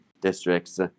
districts